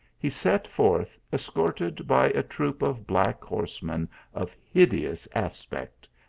he set forth escorted by a troop of black horsemen of hideous aspect,